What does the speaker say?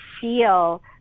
feel